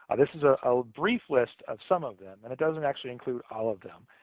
this is ah a brief list of some of them, and it doesn't actually include all of them,